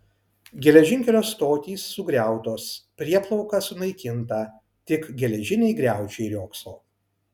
geležinkelio stotys sugriautos prieplauka sunaikinta tik geležiniai griaučiai riogso